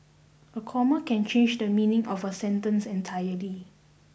a comma can change the meaning of a sentence entirely